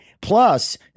plus